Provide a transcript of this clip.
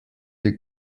ihr